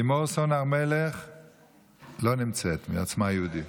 לימור סון הר מלך מעוצמה יהודית,